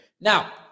Now